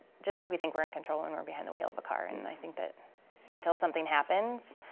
just like we think we're in control when we're behind the wheel of a car and and i think that until something happens